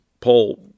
Paul